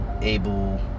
able